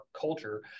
culture